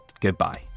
goodbye